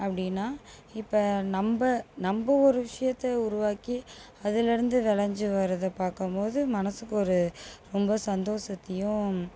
அப்படினா இப்போ நம்ப நம்ப ஒரு விஷியத்தை உருவாக்கி அதுலேருந்து விளைஞ்சி வர்றதை பார்க்கும்போது மனசுக்கு ஒரு ரொம்ப சந்தோஷத்தையும்